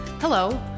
Hello